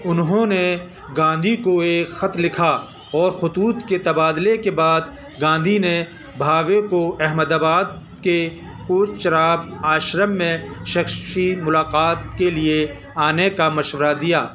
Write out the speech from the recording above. انہوں نے گاندھی کو ایک خط لکھا اور خطوط کے تبادلے کے بعد گاندھی نے بھاوے کو احمدآباد کے کوچراب آشرم میں شخشی ملاقات کے لیے آنے کا مشورہ دیا